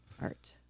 art